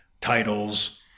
titles